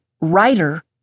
writer